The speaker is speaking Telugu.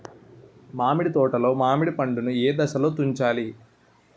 మామిడి తోటలో మామిడి పండు నీ ఏదశలో తుంచాలి?